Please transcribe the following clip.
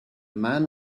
man